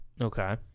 Okay